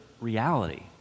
reality